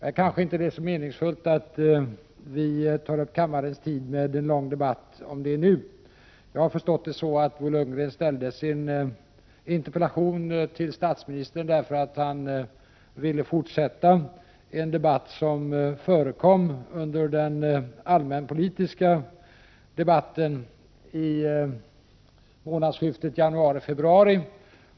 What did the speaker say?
Det kanske inte är så meningsfullt att vi nu tar upp kammarens tid med en lång debatt kring detta. Såvitt jag har förstått ställde Bo Lundgren sin interpellation till statsministern i syfte att fortsätta den diskussion som fördes under den allmänpolitiska debatten i månadsskiftet januari-februari.